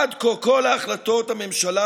עד כה כל החלטות הממשלה